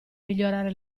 migliorare